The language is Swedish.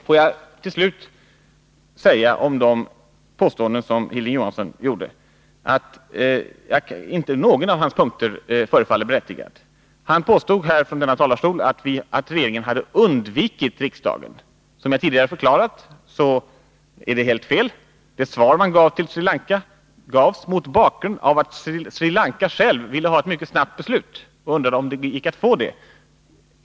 Låt mig till slut säga om de påståenden som Hilding Johansson gjorde att inte någon av hans punkter förefaller berättigad. Hilding Johansson påstod för det första att regeringen hade undvikit riksdagen. Som jag tidigare förklarat, är det helt fel. Det svar man gav till Sri Lanka gavs mot bakgrund av att Sri Lanka självt ville ha ett mycket snabbt beslut och undrade om det gick att få det.